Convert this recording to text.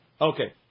Okay